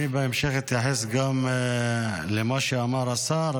כן, בהמשך אני אתייחס גם למה שאמר השר.